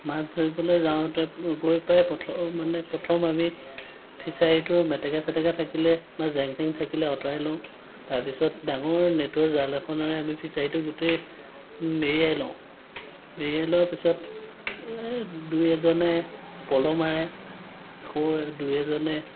মাছ ধৰিবলৈ যাওঁতে গৈ পাই পথ মানে প্ৰথম আমি ফিছাৰীটোৰ মেটেকা চেটেকা থাকিলে বা জেং চেং থাকিলে আঁতৰাই লওঁ তাৰপিছত ডাঙৰ নেটৰ জাল এখনেৰে আমি ফিছাৰীটো গোটেই মেৰিয়াই লওঁ মেৰিয়াই লোৱাৰ পিছত এই দুই এজনে পল মাৰে আকৌ দুই এজনে